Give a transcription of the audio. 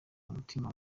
umutima